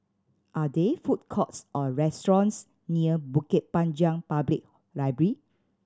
are there food courts or restaurants near Bukit Panjang Public Library